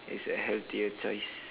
it's a healthier choice